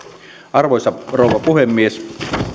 arvoisa rouva puhemies